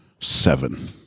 Seven